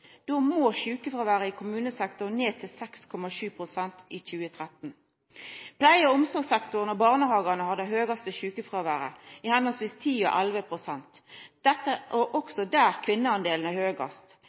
må sjukefråværet i kommunesektoren ned til 6,7 pst. i 2013. Pleie- og omsorgssektoren og barnehagane har det høgaste sjukefråværet, respektive 10 og